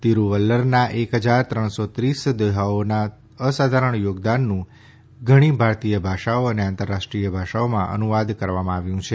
તિરુવલ્લરના એક હજાર ત્રણસો ત્રીસ દોહાઓના અસાધારણ યોગદાનનું ઘણા ભારતીય ભાષાઓ અને આંતરરાષ્ટ્રીય ભાષાઓમાં અનુવાદ કરવામાં આવ્યું છે